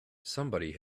somebody